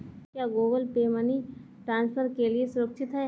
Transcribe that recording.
क्या Google Pay money transfer के लिए सुरक्षित है?